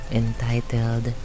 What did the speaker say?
entitled